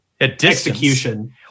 execution